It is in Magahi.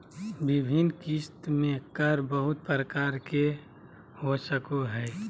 विभिन्न किस्त में कर बहुत प्रकार के हो सको हइ